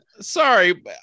sorry